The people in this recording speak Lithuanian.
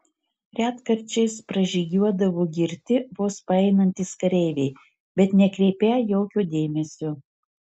retkarčiais pražygiuodavo girti vos paeinantys kareiviai bet nekreipią jokio dėmesio